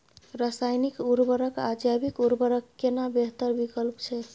रसायनिक उर्वरक आ जैविक उर्वरक केना बेहतर विकल्प छै?